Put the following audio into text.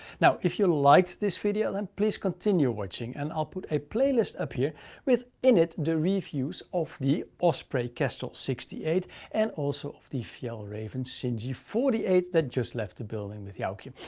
now, if you liked this video, then please continue watching. and i'll put a playlist up here with in it, the reviews of the osprey kestrel sixty eight and also of the fjallraven singi forty eight that just left the building with the like joukje.